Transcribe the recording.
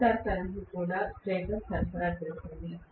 rotor కరెంట్ను కూడా stator సరఫరా చేస్తోంది